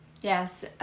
Yes